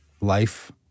life